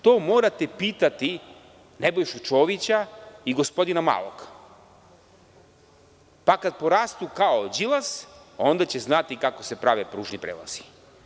To morate pitati Nebojšu Čovića i gospodina malog, pa kada porastu kao Đilas onda će znati kako se prave pružni prelazi.